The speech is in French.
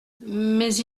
mais